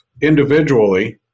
individually